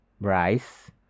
rice